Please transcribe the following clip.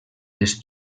les